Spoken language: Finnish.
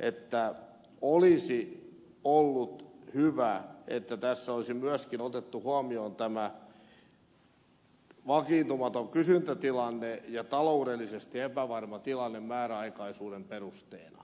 että olisi ollut hyvä että tässä olisi myöskin otettu huomioon tämä vakiintumaton kysyntätilanne ja taloudellisesti epävarma tilanne määräaikaisuuden perusteena